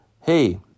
hey